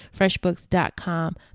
freshbooks.com